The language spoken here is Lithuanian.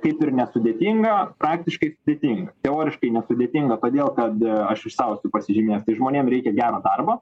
kaip ir nesudėtinga praktiškai sudėtinga teoriškai nesudėtinga todėl kad aš i sau esu pasižymėjęs tai žmonėm reikia gero darbo